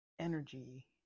energy